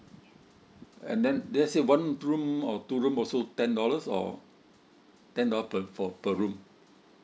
and then lets say one room or two room also ten dollars or ten dollar per for per room